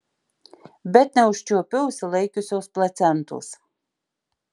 bet neužčiuopiu užsilaikiusios placentos